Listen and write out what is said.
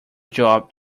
job